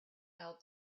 out